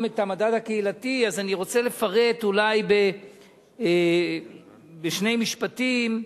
אני רוצה לפרט אולי בשני משפטים.